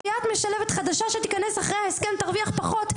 סייעת משלבת חדשה שתיכנס אחרי ההסכם תרוויח פחות,